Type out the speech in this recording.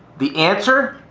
the answer